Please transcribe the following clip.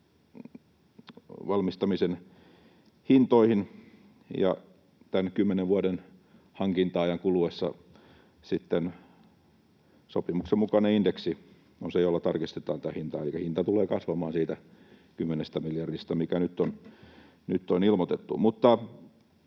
valmistamisen hintoihin, ja tämän kymmenen vuoden hankinta-ajan kuluessa sitten sopimuksen mukainen indeksi on se, jolla tarkistetaan tätä hintaa, elikkä hinta tulee kasvamaan siitä 10 miljardista, mikä nyt on ilmoitettu.